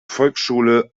volksschule